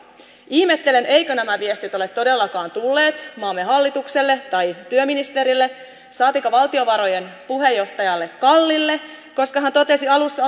ihmettelen eivätkö nämä viestit ole todellakaan tulleet maamme hallitukselle tai työministerille saatikka valtiovarainvaliokunnan puheenjohtajalle kallille koska hän totesi alussa